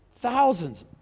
thousands